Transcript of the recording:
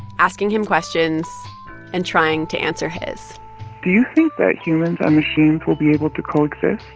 asking him questions and trying to answer his do you think that humans and machines will be able to coexist?